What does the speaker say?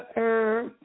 herb